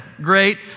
great